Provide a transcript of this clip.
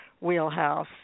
wheelhouse